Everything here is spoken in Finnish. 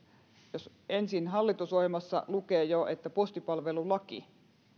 ensinnäkin hallitusohjelmassa lukee jo että postipalvelulaki